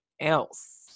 else